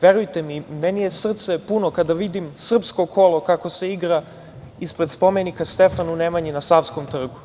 Verujte, meni je srce puno kada vidim srpsko kolo kako se igra, ispred spomenika Stefanu Nemanji na Savskom trgu.